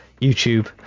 YouTube